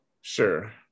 Sure